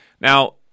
Now